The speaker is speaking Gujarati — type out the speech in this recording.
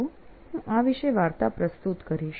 તો હું આ વિશેષ વાર્તા પ્રસ્તુત કરીશ